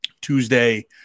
Tuesday